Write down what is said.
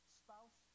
spouse